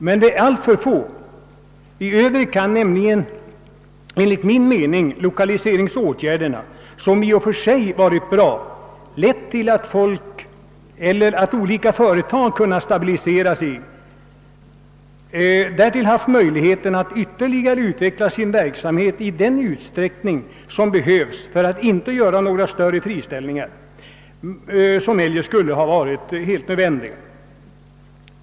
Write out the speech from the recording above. Dessa åtgärder har emellertid varit alltför få. Lokaliseringsåtgärderna, som i och för sig varit bra, har enligt min mening också lett till att olika företag kunnat stabilisera sig och fått möjlighet att ytterligare utveckla sin verksamhet i sådan utsträckning att de inte behövt göra några större friställningar, vilket eljest skulle ha varit nödvändigt.